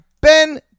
Ben